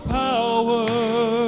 power